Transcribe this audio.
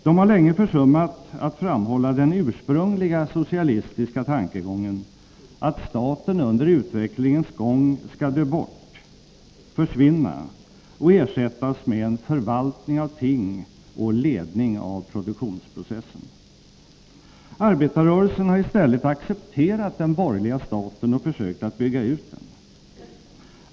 De har länge försummat att framhålla den ursprungliga socialistiska tankegången att staten under utvecklingens gång skall dö bort, försvinna och ersättas med en förvaltning av ting och ledning av produktionsprocessen. Arbetarrörelsen har i stället accepterat den borgerliga staten och försökt att bygga ut den.